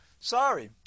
sorry